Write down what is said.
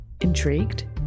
Intrigued